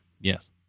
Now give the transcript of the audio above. yes